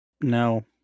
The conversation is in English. no